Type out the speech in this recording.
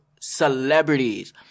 celebrities